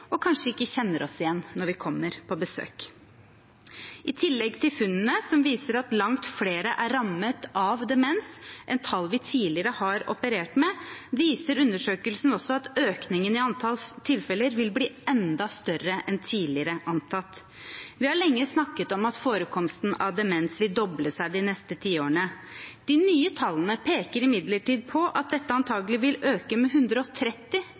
og kanskje ikke kjenner oss igjen når vi kommer på besøk. I tillegg til funnene som viser at langt flere er rammet av demens enn det vi tidligere har operert med, viser undersøkelsen at økningen i antall tilfeller vil bli enda større enn tidligere antatt. Vi har lenge snakket om at forekomsten av demens vil doble seg de neste tiårene. De nye tallene peker imidlertid på at dette antakelig vil øke med 130